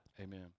Amen